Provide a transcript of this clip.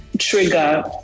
trigger